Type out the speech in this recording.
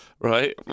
right